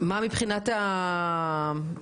מה מבחינת ההיערכות?